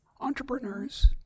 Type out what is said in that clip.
entrepreneurs